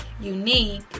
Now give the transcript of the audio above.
unique